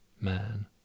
Man